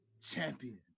champion